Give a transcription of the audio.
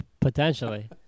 potentially